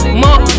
more